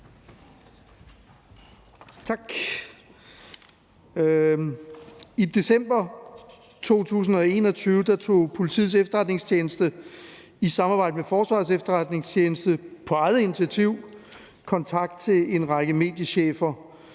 I december 2021 tog Politiets Efterretningstjeneste i samarbejde med Forsvarets Efterretningstjeneste på eget initiativ kontakt til en række mediechefer